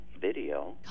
video